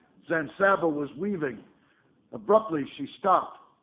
san saba was weaving abruptly she stopped.